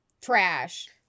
trash